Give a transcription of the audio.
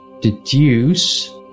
deduce